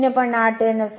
8 n असेल